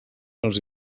els